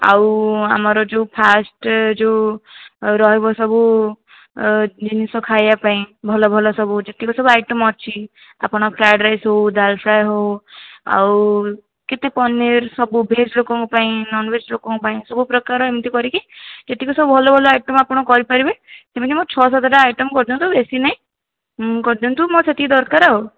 ଆଉ ଆମର ଯେଉଁ ଫାର୍ଷ୍ଟ ଯେଉଁ ରହିବ ସବୁ ଜିନିଷ ଖାଇବା ପାଇଁ ଭଲ ଭଲ ସବୁ ଯେତିକ ସବୁ ଆଇଟମ୍ ଅଛି ଆପଣ ଫ୍ରାଏଡ଼୍ ରାଇସ୍ ହେଉ ଡାଲ୍ ଫ୍ରାଏ ହେଉ ଆଉ କେତେ ପନିର ସବୁ ଭେଜ୍ ଲୋକଙ୍କ ପାଇଁ ନନ୍ଭେଜ୍ ଲୋକଙ୍କ ପାଇଁ ସବୁପ୍ରକାର ଏମିତି କରିକି ଯେତିକ ସବୁ ଭଲ ଭଲ ଆଇଟମ୍ ଆପଣ କରିପାରିବେ ସେମାନେ ମୋର ଛଅ ସାତଟା ଆଇଟମ୍ କରିଦିଅନ୍ତୁ ବେଶି ନାହିଁ ଉଁ କରିଦିଅନ୍ତୁ ମୋର ସେତିକି ଦରକାର ଆଉ